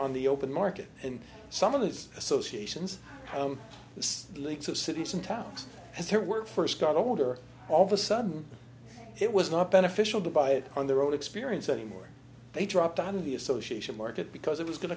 on the open market and some of these associations the links of cities and towns as they were first got older all of a sudden it was not beneficial to buy it on their own experience anymore they dropped out of the association market because it was going